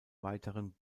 weiteren